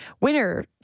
Winner